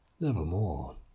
Nevermore